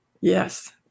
Yes